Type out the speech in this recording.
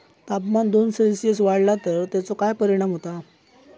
तापमान दोन सेल्सिअस वाढला तर तेचो काय परिणाम होता?